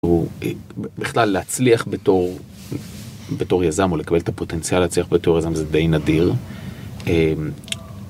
בכלל להצליח בתור יזם או לקבל את הפוטנציאל להצליח בתור יזם זה די נדיר.